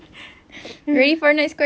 so for the bad podcast